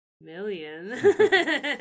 Million